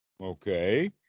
okay